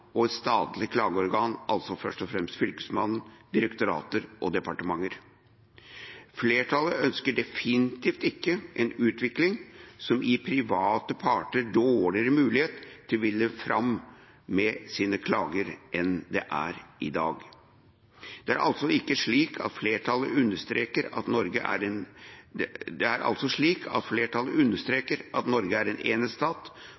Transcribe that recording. og et statlig klageorgan, først og fremst Fylkesmannen, direktorater og departementer. Flertallet ønsker definitivt ikke en utvikling som gir private parter dårligere mulighet til å vinne fram med sine klager enn i dag. Det er altså slik at flertallet understreker at Norge er en enhetsstat hvor borgernes rettigheter og plikter skal være like i hele landet, og at